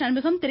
Shanmugam Thiru